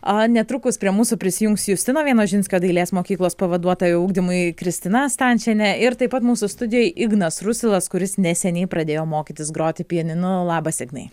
a netrukus prie mūsų prisijungs justino vienožinskio dailės mokyklos pavaduotoja ugdymui kristina stančienė ir taip pat mūsų studijoj ignas rusilas kuris neseniai pradėjo mokytis groti pianinu labas ignai